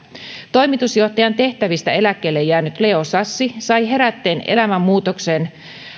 toimitusjohtajan tehtävistä eläkkeelle jäänyt leo sassi sai herätteen elämänmuutokseen